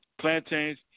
plantains